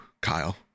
Kyle